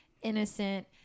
innocent